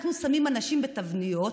אנחנו שמים אנשים בתבניות,